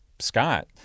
Scott